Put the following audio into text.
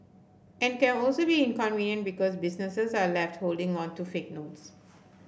and it can also be inconvenient because businesses are left holding on to fake notes